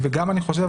וגם אני חושב,